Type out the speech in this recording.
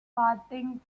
farthing